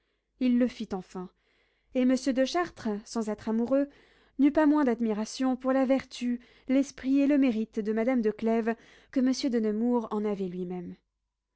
il le fit enfin et monsieur de chartres sans être amoureux n'eut pas moins d'admiration pour la vertu l'esprit et le mérite de madame de clèves que monsieur de nemours en avait lui-même